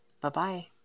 Bye-bye